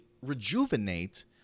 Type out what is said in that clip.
rejuvenate